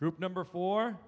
group number for